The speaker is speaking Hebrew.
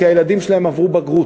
כי הילדים שלהן עברו בגרות.